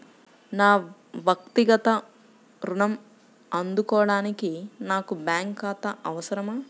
నా వక్తిగత ఋణం అందుకోడానికి నాకు బ్యాంక్ ఖాతా అవసరమా?